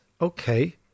okay